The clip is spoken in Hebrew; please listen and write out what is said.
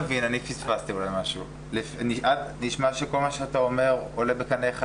נשמע שכל מה שאתה אומר עולה בקנה אחד